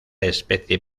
especie